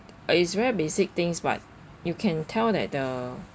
uh it's very basic things but you can tell that the